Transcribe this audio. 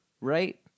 right